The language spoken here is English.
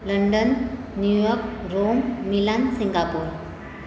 London New York Rome Milan Singapore